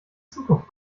zukunft